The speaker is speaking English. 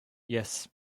yes